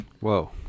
Whoa